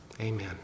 Amen